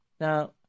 Now